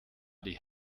die